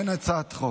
אין הצעת חוק.